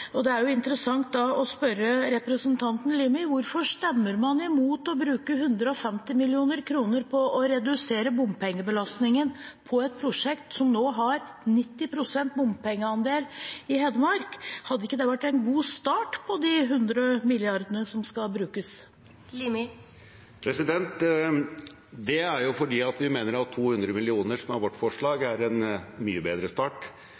er det interessant å spørre representanten Limi: Hvorfor stemmer man imot å bruke 150 mill. kr på å redusere bompengebelastningen på et prosjekt i Hedmark som nå har 90 pst. bompengeandel? Hadde ikke det vært en god start på de 100 mrd. kr som skal brukes? Det er fordi vi mener at 200 mill. kr, som er vårt forslag, er en mye bedre start.